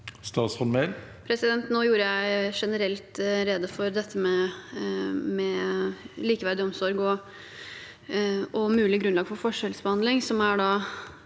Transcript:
Statsråd Emilie Mehl Nå gjorde jeg ge- nerelt rede for dette med likeverdig omsorg og mulig grunnlag for forskjellsbehandling, som da